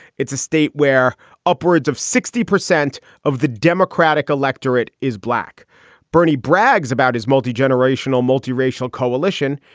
it's a state where upwards of sixty percent of the democratic electorate is black bernie brags about his multi-generational multi-racial coalition,